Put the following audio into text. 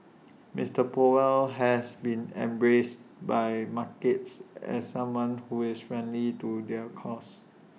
Mister powell has been embraced by markets as someone who is friendly to their cause